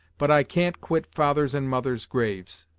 but i can't quit father's and mother's graves.